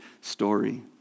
story